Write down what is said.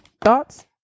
Thoughts